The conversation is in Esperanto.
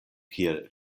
kiel